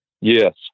Yes